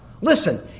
Listen